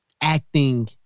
acting